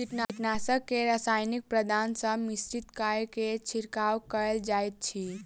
कीटनाशक के रासायनिक पदार्थ सॅ मिश्रित कय के छिड़काव कयल जाइत अछि